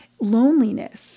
loneliness